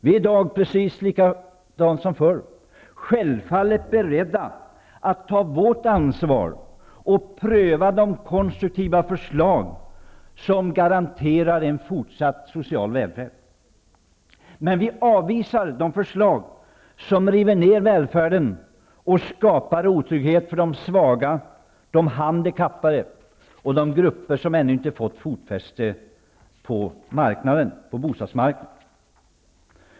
Vi är i dag, precis som förr, självfallet beredda att ta vårt ansvar och pröva de konstruktiva förslag som garanterar en fortsatt social välfärd. Men vi avvisar de förslag som river ner välfärden och skapar otrygghet för de svaga, de handikappade och de grupper som ännu inte har fått fotfäste på bostadsmarknaden.